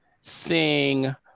sing